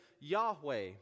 Yahweh